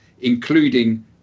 including